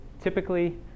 typically